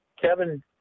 Kevin